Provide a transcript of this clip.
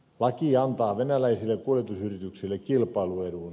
laki antaa venäläisille kuljetusyrityksille kilpailuedun